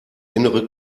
innere